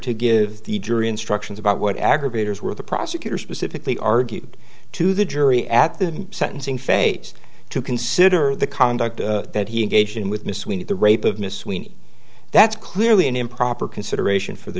to give the jury instructions about what aggregators where the prosecutor specifically argued to the jury at the sentencing phase to consider the conduct that he engaged in with miss we need the rape of miss we need that's clearly an improper consideration for the